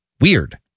Weird